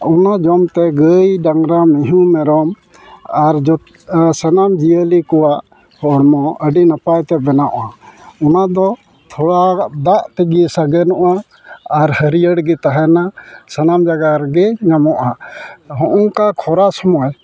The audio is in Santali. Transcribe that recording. ᱚᱱᱟ ᱡᱚᱢ ᱛᱮ ᱜᱟᱹᱭ ᱰᱟᱝᱨᱟ ᱢᱤᱦᱩ ᱢᱮᱨᱚᱢ ᱟᱨ ᱡᱚᱛᱚ ᱟᱨ ᱥᱟᱱᱟᱢ ᱡᱤᱭᱟᱹᱞᱤ ᱠᱚᱣᱟᱜ ᱦᱚᱲᱢᱚ ᱟᱹᱰᱤ ᱱᱟᱯᱟᱭᱛᱮ ᱵᱮᱱᱟᱣᱚᱜᱼᱟ ᱚᱱᱟ ᱫᱚ ᱛᱷᱚᱲᱟ ᱫᱟᱜ ᱛᱮᱜᱮ ᱥᱟᱜᱮᱱᱚᱜᱼᱟ ᱟᱨ ᱦᱟᱹᱨᱭᱟᱹᱲ ᱜᱮ ᱛᱟᱦᱮᱱᱟ ᱥᱟᱱᱟᱢ ᱡᱟᱭᱜᱟ ᱨᱮᱜᱮ ᱧᱟᱢᱚᱜᱼᱟ ᱦᱚᱜ ᱚᱱᱠᱟ ᱠᱷᱚᱨᱟ ᱥᱚᱢᱚᱭ